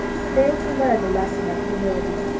failed to learn the lesson of humility.